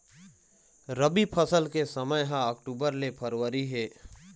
रबी फसल के समय ह अक्टूबर ले फरवरी हे